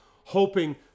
hoping